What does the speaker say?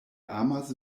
amas